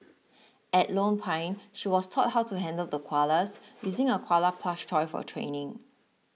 at Lone Pine she was taught how to handle the koalas using a koala plush toy for training